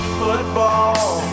football